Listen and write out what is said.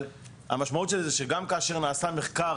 אבל המשמעות של זה היא שגם כאשר נעשה מחקר